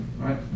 right